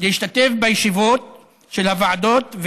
להשתתף בישיבות של הוועדות,